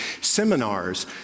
seminars